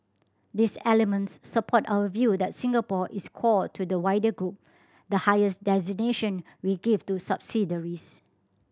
these elements support our view that Singapore is core to the wider group the highest designation we give to subsidiaries